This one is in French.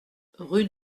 rue